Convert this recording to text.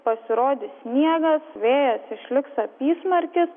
pasirodys sniegas vėjas išliks apysmarkis